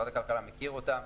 שמשרד הכלכלה מכיר אותם,